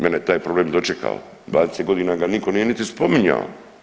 Mene taj problem dočekao, 20 godina ga niko nije niti spominjao.